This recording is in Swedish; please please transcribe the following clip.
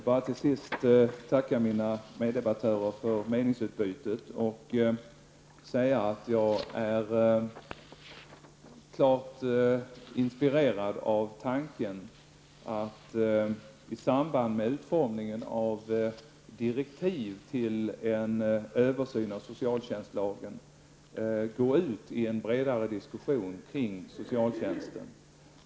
Herr talman! Jag vill tacka mina meddebattörer för meningsutbytet. Jag är klart inspirerad av tanken att i samband med utformningen av direktiv till en översyn av socialtjänstlagen gå ut i en bredare diskussion kring socialtjänsten.